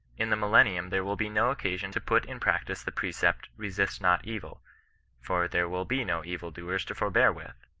in the mill i nium there will be no occasion to put in praotice the precept, eesist not evil for there will be no evil doers to forbear with.